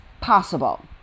possible